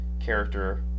character